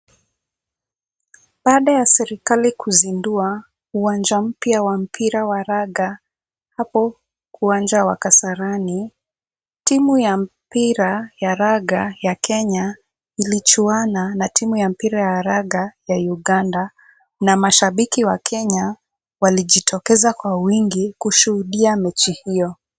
Baada ya serikali kuzindua uwanja mpya wa mpira wa raga, hapo uwanja wa Kasarani, timu ya mpira ya raga ya Kenya, ilichuana na timu ya mpira ya raga ya Uganda na mashabiki wa Kenya walijitokeza kwa wingi kushuhudia mechi hiyo.